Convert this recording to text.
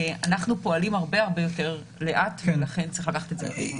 אנחנו פועלים הרבה-הרבה יותר לאט ולכן צריך לקחת את זה בחשבון.